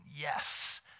yes